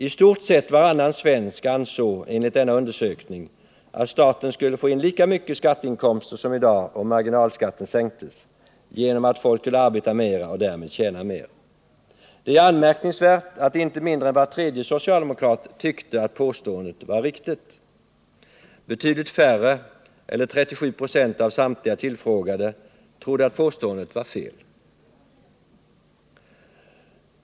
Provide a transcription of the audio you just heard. I stort sett varannan svensk ansåg enligt denna undersökning att staten skulle få in lika mycket skatteinkomster som i dag om marginalskatten sänktes, genom att folk skulle arbeta mer och därmed tjäna mer. Det är anmärkningsvärt att inte mindre än var tredje socialdemokrat tyckte att påståendet var riktigt. Betydligt färre, eller 37 26 av samtliga tillfrågade, trodde att påståendet var fel.